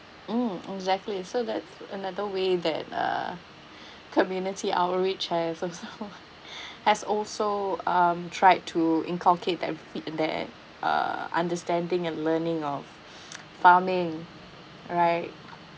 mm exactly so that's another way that uh community outreach has also has also um tried to inculcate that fit their uh understanding and learning of farming right